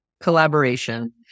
collaboration